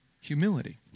humility